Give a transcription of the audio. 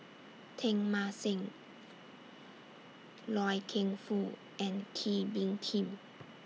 Teng Mah Seng Loy Keng Foo and Kee Bee Khim